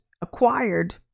acquired